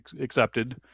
accepted